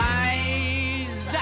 eyes